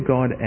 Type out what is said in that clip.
God